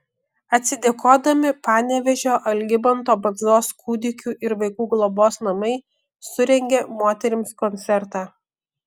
atsidėkodami panevėžio algimanto bandzos kūdikių ir vaikų globos namai surengė moterims koncertą